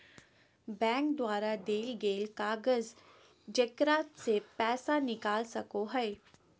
bank द्वारा देल गेल कागज जेकरा से पैसा निकाल सको हइ